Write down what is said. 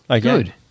Good